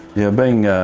yeah, being